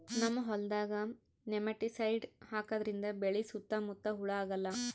ನಮ್ಮ್ ಹೊಲ್ದಾಗ್ ನೆಮಟಿಸೈಡ್ ಹಾಕದ್ರಿಂದ್ ಬೆಳಿ ಸುತ್ತಾ ಮುತ್ತಾ ಹುಳಾ ಆಗಲ್ಲ